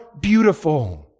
beautiful